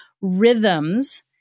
rhythms